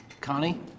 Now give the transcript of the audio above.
Connie